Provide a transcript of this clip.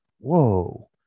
Whoa